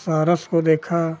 सारस को देखा